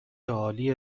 عالی